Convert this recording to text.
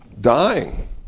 dying